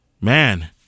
man